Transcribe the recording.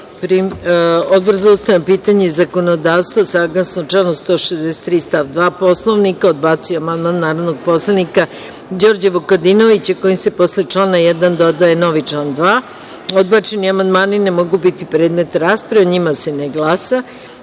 za ustavna pitanja i zakonodavstvo, saglasno članu 163. stav 2. Poslovnika, odbacio je amandman narodnog poslanika Đorđa Vukadinovića, kojim se posle člana 1. dodaje novi član 2.Odbačeni amandmani ne mogu biti predmet rasprave i o njima se ne glasa. Pošto